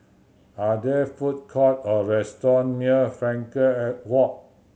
are there food court or restaurant near Frankel Walk